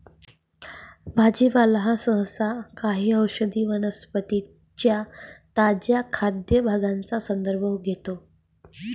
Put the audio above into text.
भाजीपाला हा सहसा काही औषधी वनस्पतीं च्या ताज्या खाद्य भागांचा संदर्भ घेतो